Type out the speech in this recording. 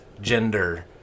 gender